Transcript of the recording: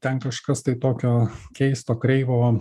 ten kažkas tai tokio keisto kreivo